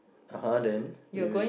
(uh huh) then wait wait wait